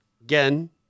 Again